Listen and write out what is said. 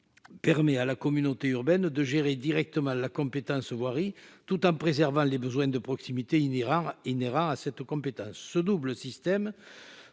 permet à la communauté urbaine de gérer directement la compétence voirie tout en préservant les besoins de proximité, il niera inhérents à cette compétence ce double système